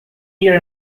ear